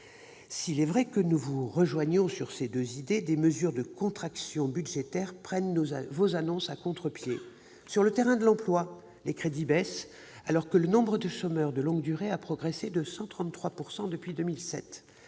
S'il est vrai que nous vous rejoignons sur ces deux idées, plusieurs mesures de contraction budgétaire prennent vos annonces à contre-pied. Sur le terrain de l'emploi, les crédits baissent, alors que le nombre de chômeurs de longue durée a progressé de 133 % depuis 2007